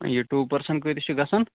یہِ two person کۭتِس چھُ گژھان